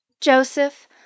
Joseph